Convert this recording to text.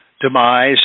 demise